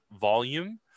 volume